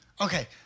okay